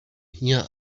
hier